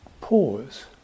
pause